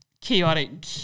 chaotic